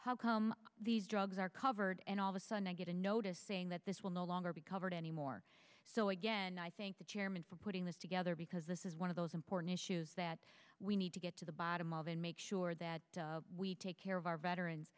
how come these drugs are covered and all of a sudden i get a notice saying that this will no longer be covered anymore so again i thank the chairman for putting this together because this is one of those important issues that we need to get to the bottom of and make sure that we take care of our veterans